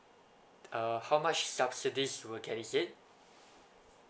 uh how much subsidies will can is it